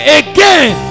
again